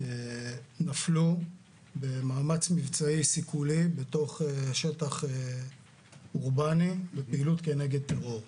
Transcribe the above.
נפלו במאמץ מבצעי סיכולי בתוך שטח אורבני בפעילות נגד הטרור.